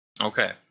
Okay